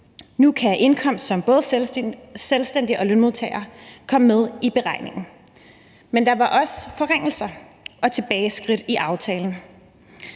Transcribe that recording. nu kan indkomst som både selvstændig og lønmodtager komme med i beregningen. Men der var også forringelser og tilbageskridt i aftalen.